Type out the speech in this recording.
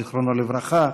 זיכרונו לברכה.